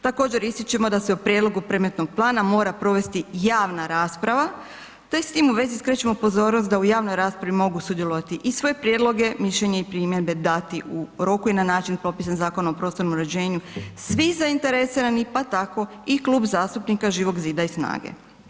Također ističemo da se u prijedlogu predmetnog plana mora provesti javna rasprava te s tim uvezi skrećemo pozornost da u javnoj raspravi mogu sudjelovati i sve prijedloge, mišljenje i primjedbe dati u roku i na način propisan Zakonom o prostornom uređenju svih zainteresiranih pa tako i Klub zastupnika Živog zida i SNAGA-e.